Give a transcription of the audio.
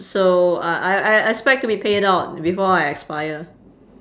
so uh I I I expect to be paid out before I expire